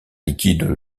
liquide